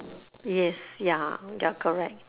yes ya you're correct